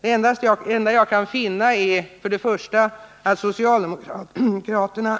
De skillnader jag kan finna är för det första att socialdemokraterna